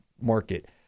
market